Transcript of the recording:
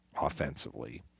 offensively